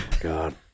God